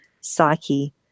psyche